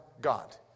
God